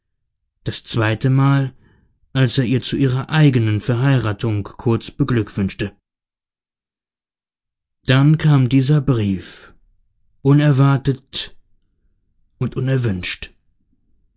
das zweite mal als er sie zu ihrer eigenen verheiratung kurz beglückwünschte dann kam dieser brief unerwartet und unerwünscht